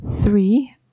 Three